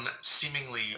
seemingly